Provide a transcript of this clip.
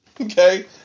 Okay